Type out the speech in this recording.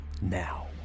Now